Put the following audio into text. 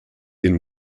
ihn